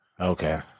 Okay